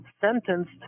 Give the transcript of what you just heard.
sentenced